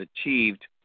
achieved